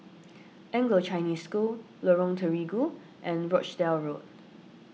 Anglo Chinese School Lorong Terigu and Rochdale Road